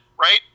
right